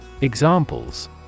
Examples